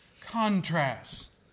contrast